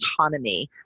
autonomy